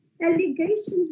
Allegations